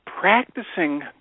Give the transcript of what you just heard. practicing